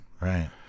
Right